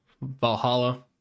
Valhalla